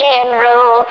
General